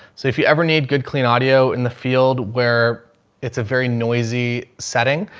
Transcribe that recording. so if you ever need good clean audio in the field where it's a very noisy setting,